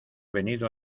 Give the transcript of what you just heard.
venido